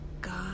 God